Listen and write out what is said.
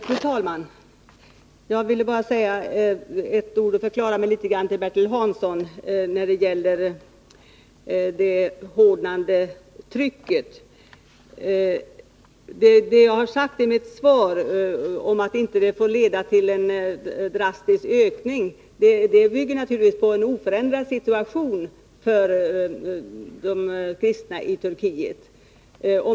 Fru talman! Jag vill bara med anledning av Bertil Hanssons inlägg förklara mig litet när det gäller det hårdnande trycket. I mitt svar har jag sagt att en förändring av praxis — om man skulle ta bort tillämpningen av ”särskilda skäl” — inte får leda till att invandringen från denna grupp drastiskt ökar. Den bedömningen bygger naturligtvis på att det är en oförändrad situation för de kristna i Turkiet.